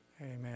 Amen